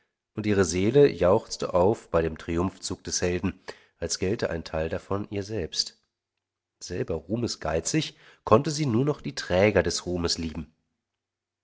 und ihre seele jauchzte auf bei dem triumphzug des helden als gälte ein teil davon ihr selbst selber ruhmesgeizig konnte sie nur noch die träger des ruhmes lieben